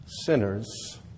Sinners